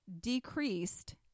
decreased